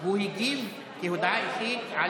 הוא הגיב בהודעה אישית על